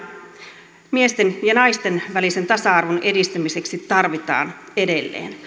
että toimia miesten ja naisten välisen tasa arvon edistämiseksi tarvitaan edelleen